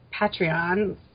Patreon